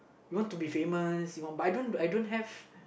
you want to be famous but I don't I don't have